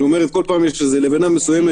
שכל פעם יש לבנה מסוימת